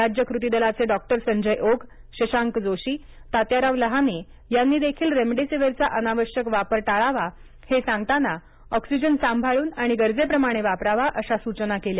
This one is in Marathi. राज्य कतीदलाचे डॉक्टर संजय ओक शशांक जोशी तात्याराव लहाने यांनी देखील रेमडीसीव्हीरचा अनावश्यक वापर टाळावा हे सांगतांना ऑक्सिजन सांभाळून आणि गरजेप्रमाणेच वापरावा अशा सूचना केल्या